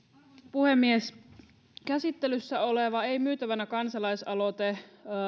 puhemies käsittelyssä oleva ei myytävänä kansalaisaloite